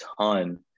ton